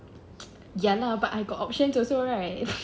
ya lah but I got options also right